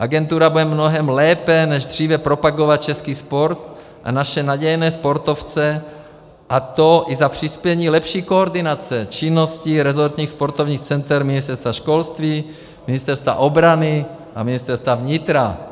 Agentura bude mnohem lépe než dříve propagovat český sport a naše nadějné sportovce, a to i za přispění lepší koordinace činnosti rezortních sportovních center Ministerstva školství, Ministerstva obrany a Ministerstva vnitra.